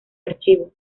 archivo